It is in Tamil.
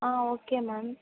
ah okay ma'am